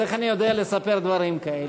אז איך אני יודע לספר דברים כאלה?